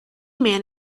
man